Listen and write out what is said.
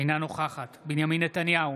אינה נוכחת בנימין נתניהו,